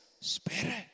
spirit